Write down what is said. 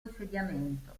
insediamento